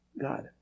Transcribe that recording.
God